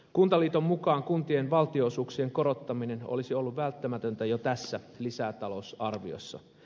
kuntaliiton mukaan kuntien valtionosuuksien korottaminen olisi ollut välttämätöntä jo tässä lisätalousarviossa